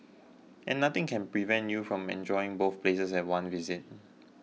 and nothing can prevent you from enjoying both places at one visit